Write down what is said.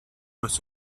was